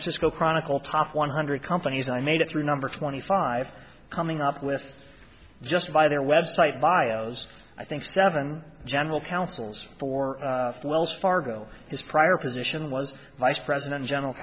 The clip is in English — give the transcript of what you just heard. francisco chronicle top one hundred companies and i made it through number twenty five coming up with just by their website bio's i think seven general counsels for wells fargo his prior position was vice president general